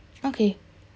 okay